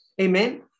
Amen